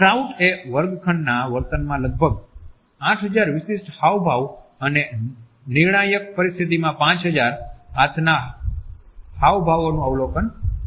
ક્રાઉટ એ વર્ગખંડના વર્તનમાં લગભગ 8000 વિશિષ્ટ હાવભાવ અને નિર્ણાયક પરિસ્થિતિમાં 5000 હાથનાં હાવભાવોનુ અવલોકન કર્યુ હતુ